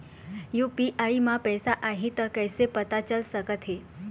UPI म पैसा आही त कइसे पता चल सकत हे?